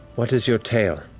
what is your tale?